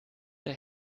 der